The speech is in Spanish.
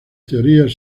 teorías